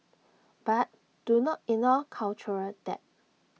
but do not ignore cultural debt